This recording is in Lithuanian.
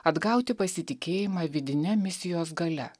atgauti pasitikėjimą vidine misijos galia